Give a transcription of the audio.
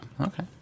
Okay